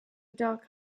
dark